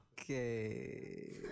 Okay